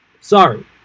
Sorry